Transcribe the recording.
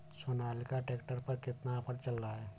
Sonalika tractor पर कितना offer चल रहा है?